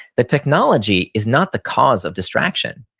the technology is not the cause of distraction.